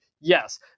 yes